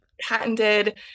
patented